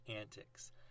antics